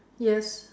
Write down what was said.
yes